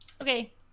Okay